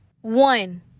One